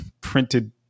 printed